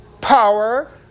power